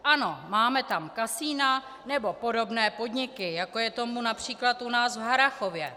Ano, máme tam kasina nebo podobné podniky, jako je tomu například u nás v Harrachově.